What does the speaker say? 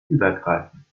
übergreifen